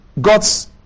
God's